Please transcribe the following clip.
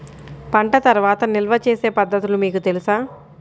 పంట తర్వాత నిల్వ చేసే పద్ధతులు మీకు తెలుసా?